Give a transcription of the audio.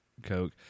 Coke